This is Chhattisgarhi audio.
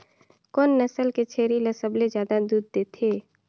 कोन नस्ल के छेरी ल सबले ज्यादा दूध देथे?